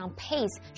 pace